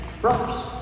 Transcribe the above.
brothers